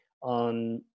on